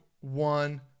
one